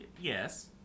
Yes